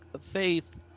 faith –